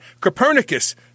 Copernicus